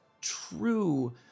true